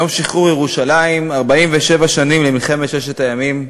יום שחרור ירושלים, 47 שנים למלחמת ששת הימים.